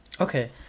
Okay